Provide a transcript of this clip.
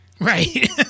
Right